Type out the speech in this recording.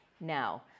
Now